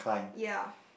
ya